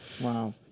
Wow